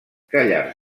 callar